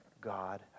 God